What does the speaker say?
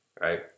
right